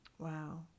Wow